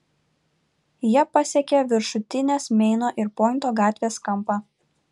jie pasiekė viršutinės meino ir pointo gatvės kampą